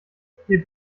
gib